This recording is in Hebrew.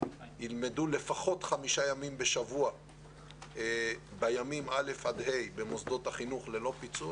ילמדו לפחות חמישה ימים בשבוע בימים א' עד ה' במוסדות החינוך ללא פיצול.